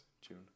June